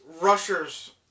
rushers